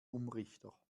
umrichter